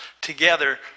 together